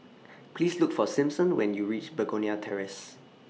Please Look For Simpson when YOU REACH Begonia Terrace